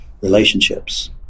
relationships